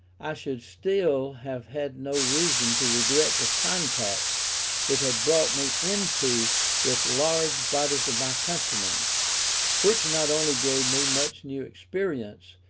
i should still have had no reason to regret the contact it had brought me into with large bodies of my countrymen which not only gave me much new experience,